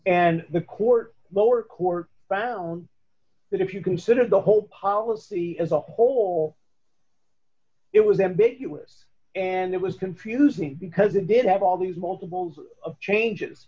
and the court lower court found that if you considered the whole policy as a whole it was ambiguous and it was confusing because it did have all these multiples of changes